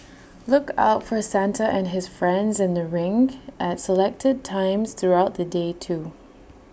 look out for Santa and his friends in the rink at selected times throughout the day too